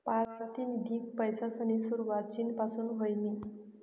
पारतिनिधिक पैसासनी सुरवात चीन पासून व्हयनी